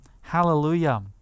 hallelujah